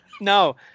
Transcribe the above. No